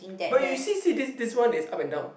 but you see see this this one is up and down